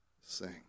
sing